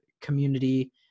community